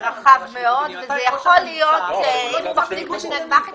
זה רחב מאוד וזה יכול להיות שאם הוא מחזיק בשני גמ"חים,